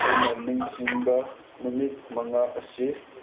ꯑꯩꯅ ꯅꯤꯡꯁꯤꯡꯕ ꯅꯨꯃꯤꯠ ꯃꯉꯥ ꯑꯁꯤ